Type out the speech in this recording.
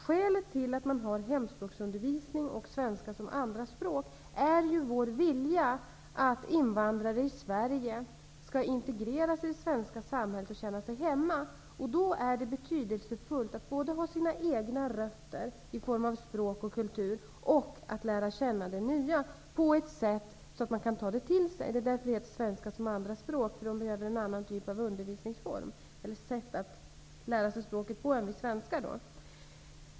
Skälet till att man har undervisning i hemspråk och svenska som andra språk är ju vår vilja att invandrare i Sverige skall integreras i det svenska samhället och känna sig hemma. Då är det betydelsefullt att både ha sina egna rötter i form av språk och kultur och att lära känna det nya på ett sådant sätt att man kan ta det till sig. Det är därför det heter svenska som andra språk, för invandrareleverna behöver ett annat sätt att lära sig språket på än vi svenskar.